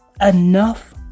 enough